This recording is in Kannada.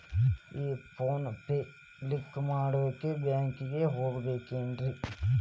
ಈ ಫೋನ್ ಪೇ ಲಿಂಕ್ ಮಾಡಾಕ ಬ್ಯಾಂಕಿಗೆ ಹೋಗ್ಬೇಕೇನ್ರಿ?